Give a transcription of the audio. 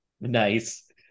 nice